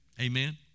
Amen